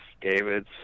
David's